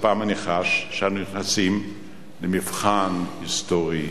הפעם אני חש שאנחנו נכנסים למבחן היסטורי